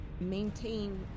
maintain